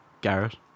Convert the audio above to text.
Garrett